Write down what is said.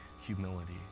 humility